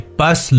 bus